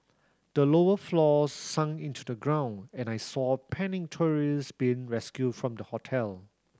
the lower floors sunk into the ground and I saw panicked tourist being rescued from the hotel